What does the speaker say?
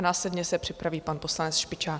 Následně se připraví pan poslanec Špičák.